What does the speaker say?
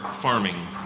farming